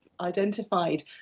identified